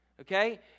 okay